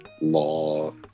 law